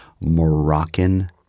Moroccan